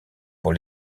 pour